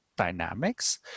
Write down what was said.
dynamics